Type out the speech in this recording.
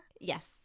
Yes